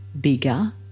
bigger